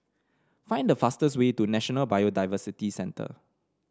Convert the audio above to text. find the fastest way to National Biodiversity Centre